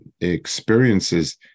experiences